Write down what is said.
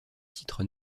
titre